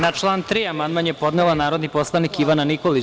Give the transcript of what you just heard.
Na član 3. amandman je podnela narodni poslanik Ivana Nikolić.